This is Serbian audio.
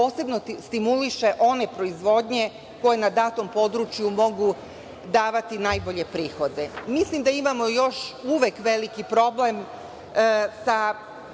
posebno stimuliše one proizvodnje koje na datom području mogu davati najbolje prihode. Mislim da imamo još uvek veliki problem sa